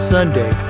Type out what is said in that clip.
Sunday